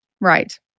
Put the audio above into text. Right